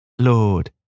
Lord